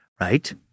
Right